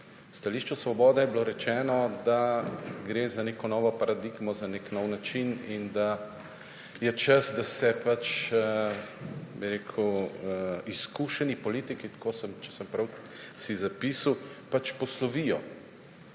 stališču Svoboda je bilo rečeno, da gre za neko novo paradigmo, za nek nov način in da je čas, da se izkušeni politiki, če sem si prav zapisal, pač poslovijo.